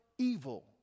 Evil